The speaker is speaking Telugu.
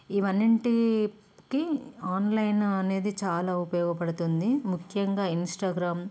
ఇవన్నిటికి ఆన్లైన్ అనేది చాలా ఉపయోగపడుతుంది ముఖ్యంగా ఇన్స్టాగ్రామ్